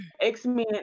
X-Men